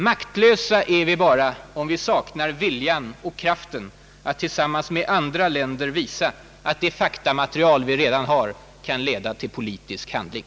Maktlösa är vi bara, om vi saknar viljan och kraften att tillsammans med andra länder visa att det faktamaterial vi redan har kan leda till politisk handling.